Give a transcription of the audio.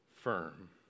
firm